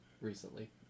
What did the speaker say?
recently